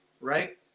Right